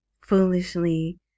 foolishly